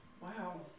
wow